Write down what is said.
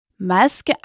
Masque